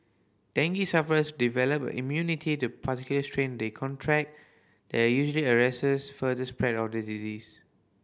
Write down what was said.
dengue sufferers develop an immunity to particular strain they contract that usually arrests further spread of the disease